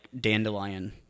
dandelion